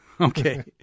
Okay